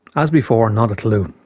as before, not a clue.